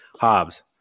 Hobbs